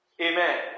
Amen